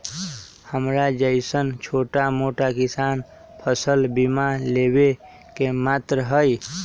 हमरा जैईसन छोटा मोटा किसान फसल बीमा लेबे के पात्र हई?